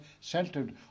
centered